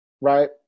right